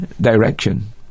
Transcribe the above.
direction